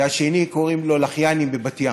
ולשני קוראים לחיאני וזה בבת ים.